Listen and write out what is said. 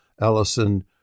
Allison